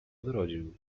odrodził